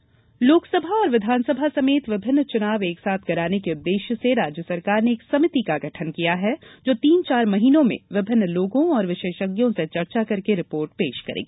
चुनाव समिति लोकसभा और विधानसभा समेत विभिन्न चुनाव एकसाथ कराने के उद्देश्य से राज्य सरकार ने एक समिति का गठन किया है जो तीन चार महीनों में विभिन्न लोगों और विशेषज्ञों से चर्चा करके रिपोर्ट पेश करेगी